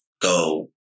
go